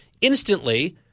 instantly